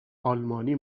آلمانی